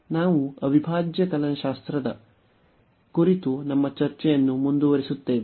ನಾವು ಅವಿಭಾಜ್ಯ ಕಲನಶಾಸ್ತ್ರದ ಕುರಿತು ನಮ್ಮ ಚರ್ಚೆಯನ್ನು ಮುಂದುವರಿಸುತ್ತೇವೆ